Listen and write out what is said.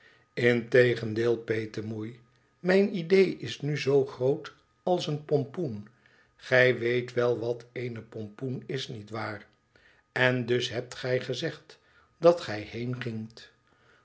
integendeel petemoei mijn idéé is nu zoo groot als een pompoen gij weet wel wat eene pompoen is niet waar n dus hebt gij gezegd dat gij heengingt